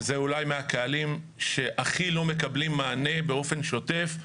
שזה אולי מהקהלים שהכי לא מקבלים מענה באופן שוטף,